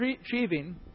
achieving